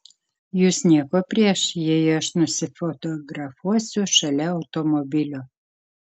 jus nieko prieš jei aš nusifotografuosiu šalia automobilio